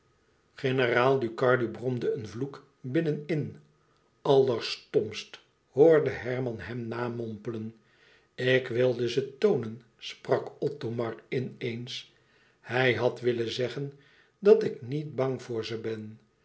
generaal ducardi bromde een vloek binnen-in allerstomst hoorde herman hem namompelen ik wilde ze toonen sprak othomar in eens hij had willen zeggen dat ik niet bang voor ze ben